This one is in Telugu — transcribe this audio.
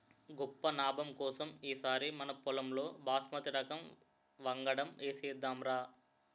గొప్ప నాబం కోసం ఈ సారి మనపొలంలో బాస్మతి రకం వంగడం ఏసేద్దాంరా